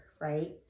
right